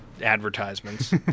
advertisements